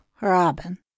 Robin